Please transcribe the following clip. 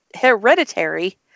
Hereditary